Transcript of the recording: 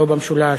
לא במשולש,